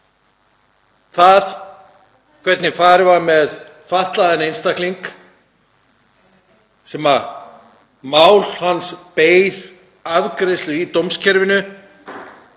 Það hvernig farið var með fatlaðan einstakling — mál hans beið afgreiðslu í dómskerfinu